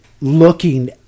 looking